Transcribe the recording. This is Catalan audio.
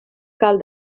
cal